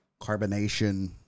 carbonation